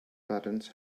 buttons